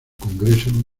congreso